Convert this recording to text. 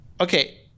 okay